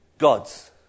gods